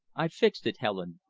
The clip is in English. i've fixed it, helen,